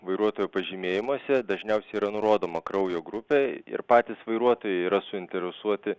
vairuotojo pažymėjimuose dažniausiai yra nurodoma kraujo grupė ir patys vairuotojai yra suinteresuoti